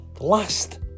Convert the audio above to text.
last